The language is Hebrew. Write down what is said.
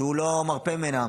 שהוא לא מרפה ממנה,